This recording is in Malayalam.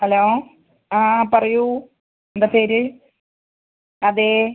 ഹലോ ആ പറയൂ എന്താ പേര് അതെ